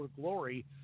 glory